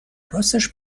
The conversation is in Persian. راستش